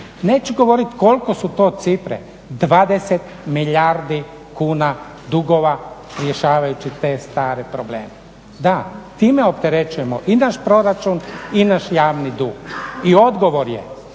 neću govoriti koliko su to cifre, 20 milijardi kuna dugova rješavajući te stare probleme, da time opterećujemo i naš proračun i naš javni dug i odgovor je